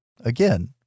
again